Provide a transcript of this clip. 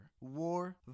war